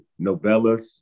novellas